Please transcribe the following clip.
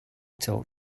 talk